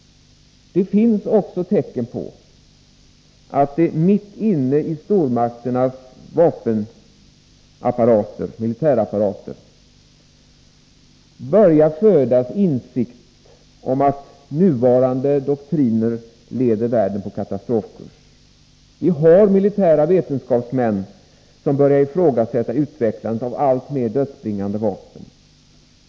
Det finns också tecken på att det mitt inne i stormakternas militärapparater börjar födas insikt om att nuvarande doktriner leder världen på katastrofkurs. Vi har militära vetenskapsmän som börjar ifrågasätta utvecklandet av alltmer dödsbringande vapen.